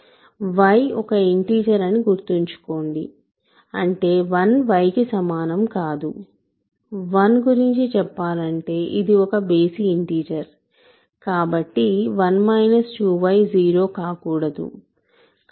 y ఒక integer అని గుర్తుంచుకోండి అంటే 1 y కి సమానం కాదు 1 గురించి చెప్పాలంటే ఇది ఒక బేసి ఇంటిజర్ కాబట్టి 1 2y 0 కాకూడదు